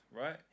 right